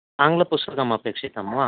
आङ्गलपुस्तकम् अपेक्षितं वा